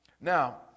Now